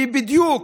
היא בדיוק